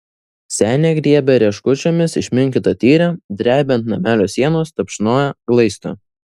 senė griebia rieškučiomis išminkytą tyrę drebia ant namelio sienos tapšnoja glaisto